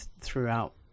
throughout